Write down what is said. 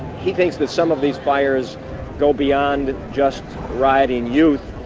he thinks that some of these fires go beyond just rioting youth.